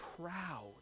proud